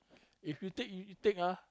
if you take you you take ah